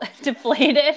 deflated